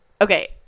okay